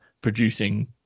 producing